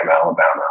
Alabama